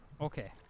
Okay